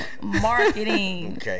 marketing